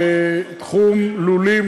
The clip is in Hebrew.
בתחום לולים,